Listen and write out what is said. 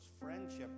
friendship